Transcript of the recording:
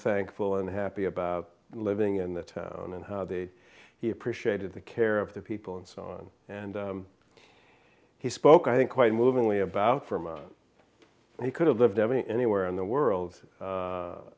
thankful and happy about living in the town and how the he appreciated the care of the people and so on and he spoke i think quite movingly about from a he could have lived anywhere in the world